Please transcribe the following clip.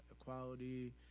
equality